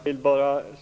Herr talman!